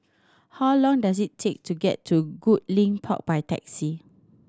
how long does it take to get to Goodlink Park by taxi